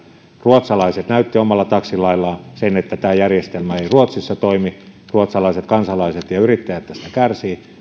ruotsalaiset näyttivät omalla taksilaillaan sen että tämä järjestelmä ei ruotsissa toimi ja ruotsalaiset kansalaiset ja yrittäjät tästä kärsivät ja nyt